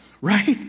right